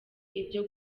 ibyo